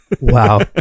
wow